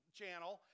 channel